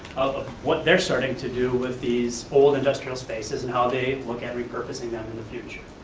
what they're starting to do with these old industrial spaces and how they look at repurposing them in the future.